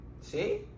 See